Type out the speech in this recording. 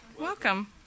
welcome